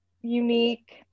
unique